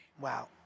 Wow